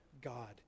God